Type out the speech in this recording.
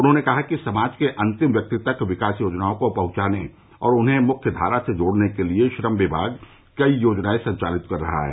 उन्होने कहा कि समाज के अंतिम व्यक्ति तक विकास योजनाओं को पहुंचाने और उन्हें मुख्यधारा से जोड़ने के लिए श्रम विभाग कई योजनाए संचालित कर रहा है